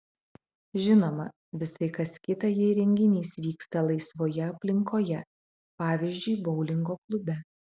žinoma visai kas kita jei renginys vyksta laisvoje aplinkoje pavyzdžiui boulingo klube